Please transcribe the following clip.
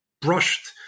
brushed